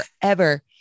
forever